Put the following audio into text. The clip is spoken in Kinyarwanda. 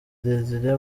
desire